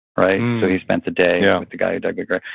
right? so he spent the day yeah with the guy who dug the grave.